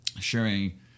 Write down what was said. sharing